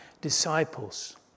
disciples